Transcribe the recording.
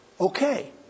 okay